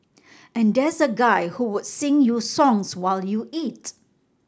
and there's a guy who would sing you songs while you eat